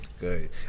good